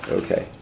Okay